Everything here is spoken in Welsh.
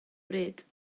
bryd